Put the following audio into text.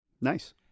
Nice